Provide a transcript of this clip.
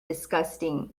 disgusting